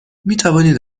میتوانید